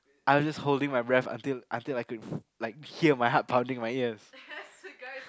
I was just holding my breath until until I could like hear my heart pounding my ears